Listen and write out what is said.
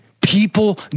People